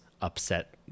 upset